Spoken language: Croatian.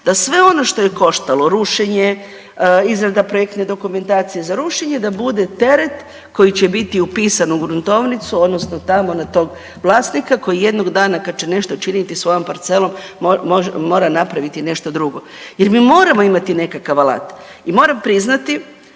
da sve ono što je koštalo rušenje, izrada projektne dokumentacije za rušenje da bude teret koji će biti upisan u gruntovnicu odnosno tamo na tog vlasnika koji jednog dana kad će nešto činiti sa svojom parcelom mora napraviti nešto drugo jer mi moramo imati nekakav alat. I moram priznati